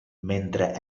mentre